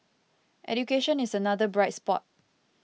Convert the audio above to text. education is another bright spot